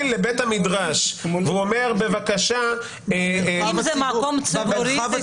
לבית המדרש והוא אומר: בבקשה --- אם זה מקום ציבורי.